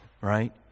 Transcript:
right